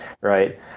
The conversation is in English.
right